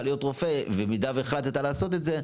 להיות רופא במידה שהחליט לעשות את זה.